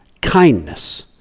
kindness